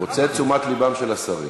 הוא רוצה את תשומת לבם של השרים.